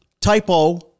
typo